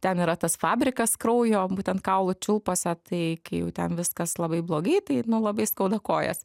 ten yra tas fabrikas kraujo būtent kaulų čiulpuose tai kai jau ten viskas labai blogai tai labai skauda kojas